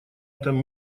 этом